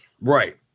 Right